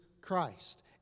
Christ